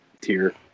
tier